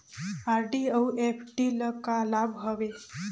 RD अऊ FD ल का लाभ हवे?